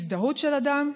הזדהות של אדם,